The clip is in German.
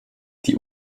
die